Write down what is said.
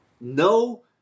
No